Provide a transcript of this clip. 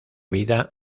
vida